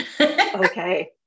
Okay